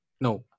no